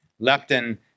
Leptin